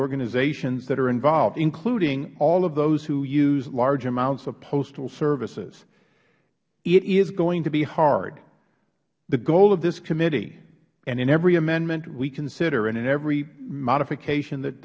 organizations that are involved including all of those who use large amounts of postal services it is going to be hard the goal of this committee and in every amendment we consider and in every modification that